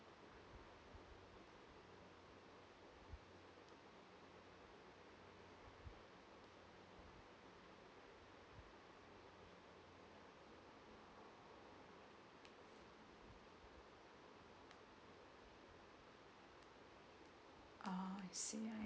oh I see